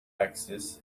axis